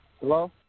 Hello